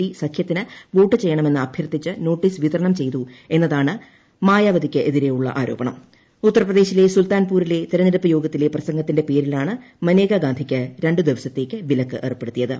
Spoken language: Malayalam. ഡി സഖ്യത്തിന് വോട്ട് ചെയ്യണമെന്ന് അഭ്യർത്ഥിച്ച് നോട്ടീസ് വിതരണം ചെയ്തു എന്നതാണ് മായാവതിയ്ക്കെതിരെയുള്ള ആരോപണക ഉത്തർപ്രദേശിലെ സുൽത്താൻപൂരിലെ തിരഞ്ഞെടുപ്പ് യോഗത്തിലെ പ്രസംഗത്തിന്റെ പേരിലാണ് മനേകാഗാന്ധിക്ക് രണ്ടു ദിവസത്തേക്ക് വിലക്ക് ഏർപ്പെടുത്തിയത്